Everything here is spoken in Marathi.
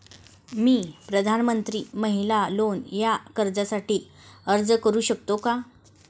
मी प्रधानमंत्री महिला लोन या कर्जासाठी अर्ज करू शकतो का?